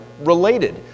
related